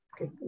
Okay